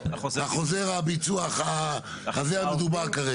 חוזר הביצוע המדובר כרגע.